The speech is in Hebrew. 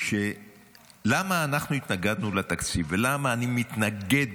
למה התנגדנו לתקציב ולמה אני מתנגד,